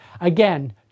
Again